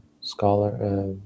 scholar